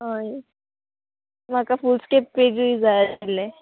म्हाका foolscap पेजय जाय आशिल्लें